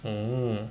oh